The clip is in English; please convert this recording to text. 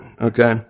Okay